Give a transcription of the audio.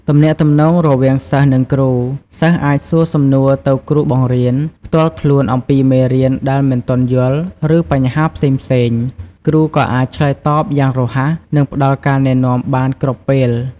ទំនាក់ទំនងរវាងសិស្សនិងគ្រូ សិស្សអាច សួរសំណួរទៅគ្រូបង្រៀន ផ្ទាល់ខ្លួនអំពីមេរៀនដែលមិនទាន់យល់ ឬបញ្ហាផ្សេងៗ។ គ្រូក៏អាចឆ្លើយតបយ៉ាងរហ័ស និងផ្តល់ការណែនាំបានគ្រប់ពេល។